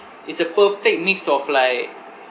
it's a perfect mix of like